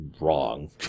wrong